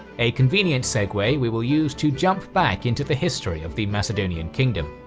a convenient segway we will use to jump back into the history of the macedonian kingdom.